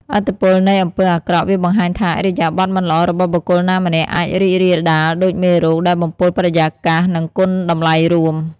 ឥទ្ធិពលនៃអំពើអាក្រក់ វាបង្ហាញថា ឥរិយាបថមិនល្អរបស់បុគ្គលណាម្នាក់ អាច រីករាលដាល ដូចមេរោគ ដែលបំពុលបរិយាកាស និងគុណតម្លៃរួម។